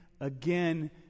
again